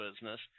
business